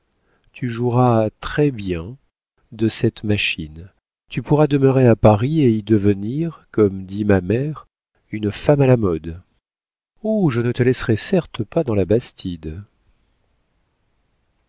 tu joueras très-bien de cette machine tu pourras demeurer à paris et y devenir comme dit ma mère une femme à la mode oh je ne te laisserai certes pas dans ta bastide